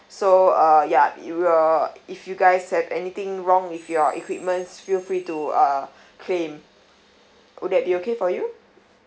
so uh ya it will if you guys have anything wrong with your equipment feel free to uh claim would that be okay for you